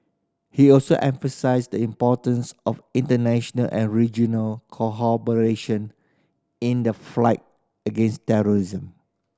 he also emphasised the importance of international and regional in the flight against terrorism